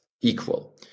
equal